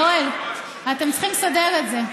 יואל, אתם צריכים לסדר את זה.